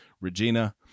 Regina